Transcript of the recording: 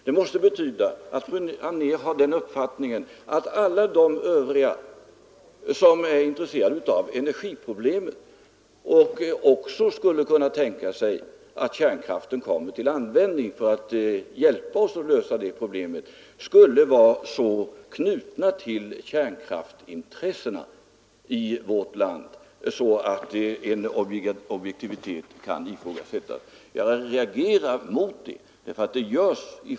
Det måste betyda att fru Anér har den uppfattningen att alla de övriga som är intresserade av energiproblemen och också skulle kunna tänka sig att kärnkraften kommer till användning för att hjälpa oss att lösa de problemen skulle vara så knutna till kärnkraftsintressena i vårt land att deras objektivitet kan ifrågasättas. Jag reagerar mot detta.